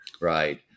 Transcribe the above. right